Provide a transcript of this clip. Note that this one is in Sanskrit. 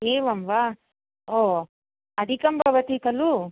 एवं वा ओ अधिकं भवति खलु